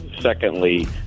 secondly